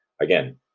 again